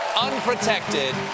Unprotected